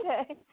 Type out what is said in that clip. Okay